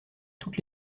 toutes